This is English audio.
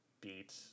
beat